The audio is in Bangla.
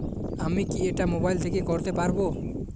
আমি কি এটা মোবাইল থেকে করতে পারবো?